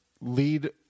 lead